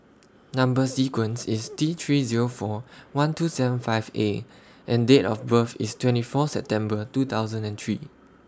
Number sequence IS T three Zero four one two seven five A and Date of birth IS twenty Fourth September two thousand and three